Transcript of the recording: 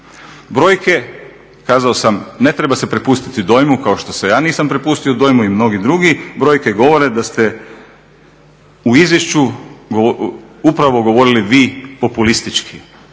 Brojke, kazao sam, ne treba se prepustiti dojmu, kao što se ja nisam prepustio dojmu i mnogi drugi, brojke govore da ste u izvješću upravo govorili vi populistički